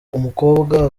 umukobwa